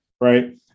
right